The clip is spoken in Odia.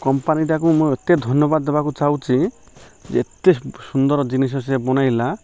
କମ୍ପାନୀଟାକୁ ମୁଁ ଏତେ ଧନ୍ୟବାଦ ଦେବାକୁ ଚାହୁଁଛି ଯେ ଏତେ ସୁନ୍ଦର ଜିନିଷ ସିଏ ବନେଇଲା